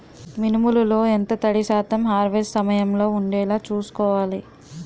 మినుములు లో ఎంత తడి శాతం హార్వెస్ట్ సమయంలో వుండేలా చుస్కోవాలి?